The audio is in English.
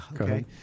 okay